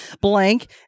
blank